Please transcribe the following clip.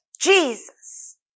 Jesus